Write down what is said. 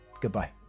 Goodbye